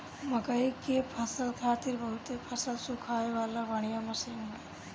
मकई के फसल खातिर बहुते फसल सुखावे वाला बढ़िया मशीन बा